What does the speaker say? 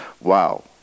wow